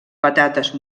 patates